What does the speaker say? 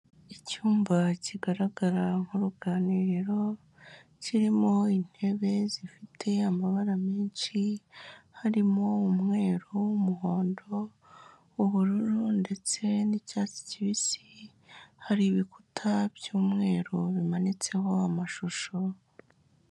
Icyumba kigaragara nku ruganiriro kirimo intebe zifite amabara menshi harimo umweru umuhondo ubururu ndetse n'icyatsi kibisi hari ibikuta by'umweru bimanitseho amashusho.